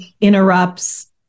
interrupts